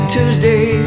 Tuesday